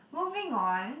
moving on